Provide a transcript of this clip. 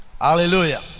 hallelujah